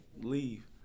leave